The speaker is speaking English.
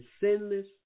sinless